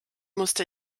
musste